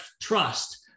trust